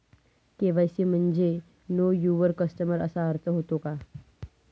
KYC म्हणजे know your customer असा अर्थ होतो का?